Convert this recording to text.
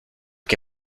que